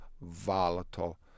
volatile